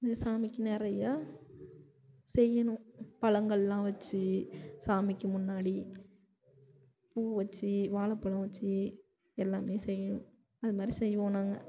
இந்த சாமிக்கு நிறையா செய்யணும் பழங்கள்லாம் வெச்சு சாமிக்கு முன்னாடி பூ வெச்சு வாழைப்பலோம் வெச்சு எல்லாமே செய்யணும் அது மாதிரி செய்வோம் நாங்கள்